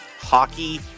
hockey